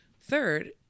Third